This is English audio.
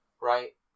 right